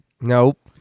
Nope